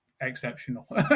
exceptional